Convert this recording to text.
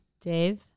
Dave